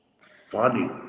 funny